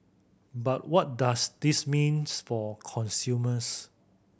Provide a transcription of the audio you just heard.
but what does this means for consumers